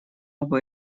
оба